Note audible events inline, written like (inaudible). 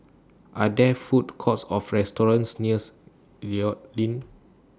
Are There Food Courts of restaurants nears (unintelligible) Inn